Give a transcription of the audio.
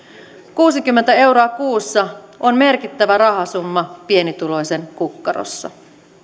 kuusikymmentä euroa kuussa on merkittävä rahasumma pienituloisen kukkarossa